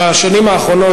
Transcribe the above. בשנים האחרונות,